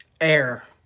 Air